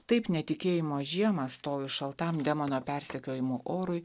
taip netikėjimo žiemą stojus šaltam demono persekiojimų orui